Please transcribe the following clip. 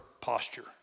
posture